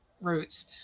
routes